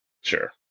Sure